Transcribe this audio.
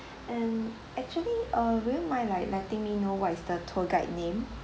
and actually uh would you mind like letting me know what is the tour guide name